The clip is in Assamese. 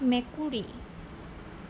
মেকুৰী